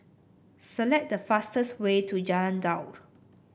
select the fastest way to Jalan Daud